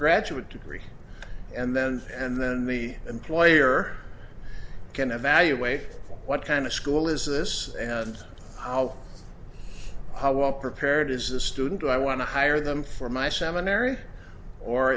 graduate degree and then and then the employer can evaluate what kind of school is this and how how well prepared is a student do i want to hire them for my seminary or